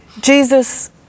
Jesus